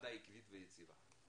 ועדה עקבית ויציבה.